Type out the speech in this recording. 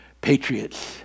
patriots